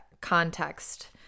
context